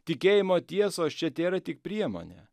tikėjimo tiesos čia tėra tik priemonė